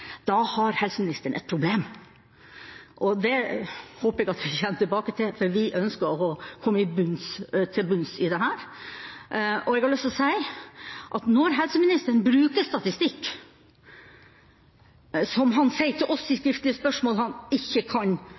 Da har helseministeren et problem. Det håper jeg at vi kommer tilbake til, for vi ønsker å komme til bunns i dette. Jeg har lyst til å si at når helseministeren bruker statistikk – som han sier i svar til oss i svar på skriftlige spørsmål ikke kan